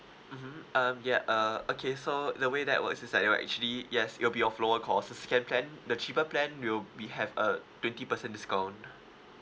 mmhmm um ya uh okay so the way that works is like it'll actually yes it will be of lower cost the second plan the cheaper plan will be have a twenty percent discount